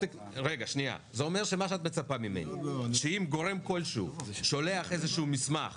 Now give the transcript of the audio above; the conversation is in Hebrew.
זה אומר שאת מצפה ממני שאם גורם כלשהו שולח איזשהו מסמך